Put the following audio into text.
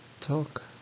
talk